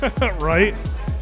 Right